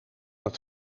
het